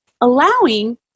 allowing